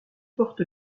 porte